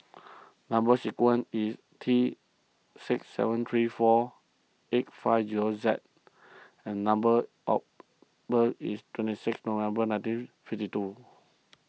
Number Sequence is T six seven three four eight five zero Z and number of birth is twenty six November nineteen fifty two